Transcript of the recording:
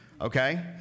Okay